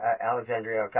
Alexandria